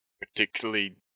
particularly